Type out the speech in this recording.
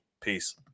Peace